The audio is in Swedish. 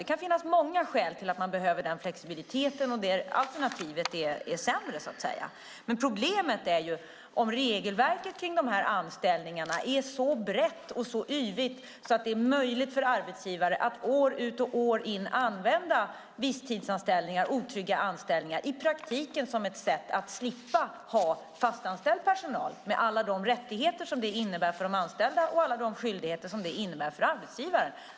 Det kan finnas många skäl till att man behöver den flexibiliteten och om alternativet är sämre. Problemet är om regelverket kring de här anställningarna är så brett och så yvigt att det är möjligt för arbetsgivare att år ut och år in använda visstidsanställningar, otrygga anställningar, i praktiken som ett sätt att slippa ha fast anställd personal med alla de rättigheter som det innebär för de anställda och alla de skyldigheter som det innebär för arbetsgivaren.